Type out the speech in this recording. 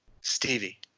Stevie